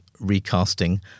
recasting